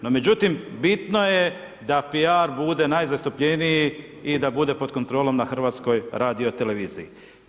No međutim, bitno je da piar bude najzastupljeniji i da bude pod kontrolom na HRT-u.